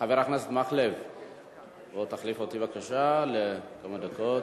חבר הכנסת מקלב, בוא תחליף אותי בבקשה לכמה דקות.